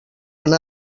anar